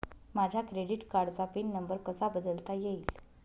माझ्या क्रेडिट कार्डचा pin number कसा बदलता येईल?